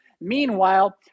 Meanwhile